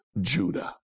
Judah